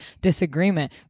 disagreement